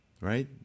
right